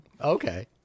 Okay